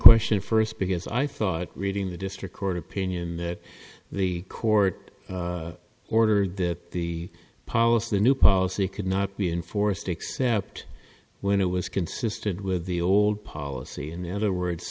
question first because i thought reading the district court opinion that the court ordered that the policy new policy could not be enforced except when it was consistent with the old policy in the other words